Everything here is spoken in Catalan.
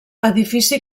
edifici